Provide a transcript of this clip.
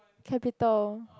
capital